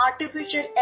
artificial